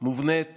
מובנית